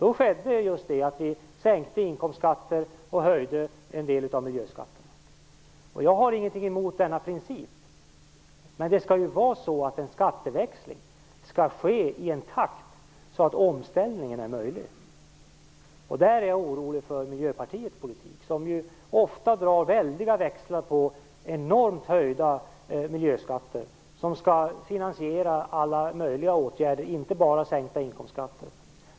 Då skedde just detta att vi sänkte inkomstskatten och höjde en del av miljöskatterna. Jag har ingenting emot denna princip, men skatteväxlingen skall ske i en sådan takt att omställningen är möjlig. Där är jag orolig för Miljöpartiets politik. Den drar ofta väldiga växlar på enormt höjda miljöskatter som skall finansiera alla möjliga åtgärder, inte bara sänkta inkomstskatter.